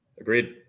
Agreed